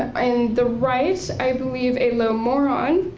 and the right i believe a low moron,